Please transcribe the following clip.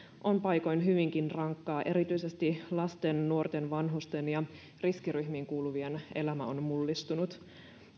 on paikoin hyvinkin rankkaa erityisesti lasten nuorten vanhusten ja riskiryhmiin kuuluvien elämä on mullistunut